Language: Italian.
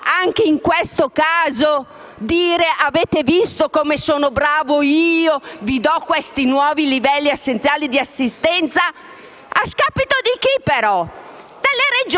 anche in questo caso, ha detto: avete visto come sono bravo, ho fissato nuovi livelli essenziali di assistenza. A scapito di chi, però? Delle Regioni.